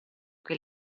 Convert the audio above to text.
che